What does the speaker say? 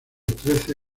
trece